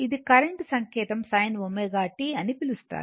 ఇది కరెంట్ సంకేతం sin ω t అని పిలుస్తారు